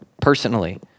personally